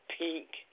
pink